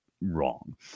wrong